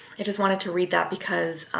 i just wanted to read that because